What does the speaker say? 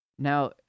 Now